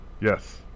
Yes